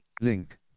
link